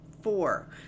four